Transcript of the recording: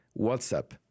WhatsApp